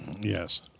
Yes